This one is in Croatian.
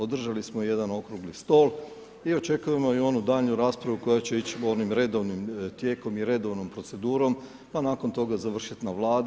Održali smo jedan okrugli stol i očekujemo i onu daljnju raspravu koja će ići onim redovnim tijekom i redovnom procedurom, pa nakon toga završiti na Vladi.